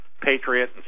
Patriot